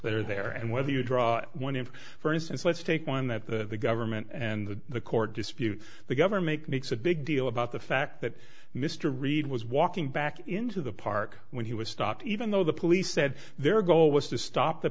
that are there and whether you draw one if for instance let's take one that the government and the court dispute the government makes a big deal about the fact that mr reid was walking back into the park when he was stopped even though the police said their goal was to stop the